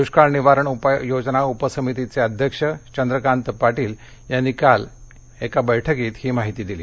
दुष्काळ निवारण उपाय योजना उपसमितीचे अध्यक्ष चंद्रकांत पाटील यांनी काल ही माहिती दिली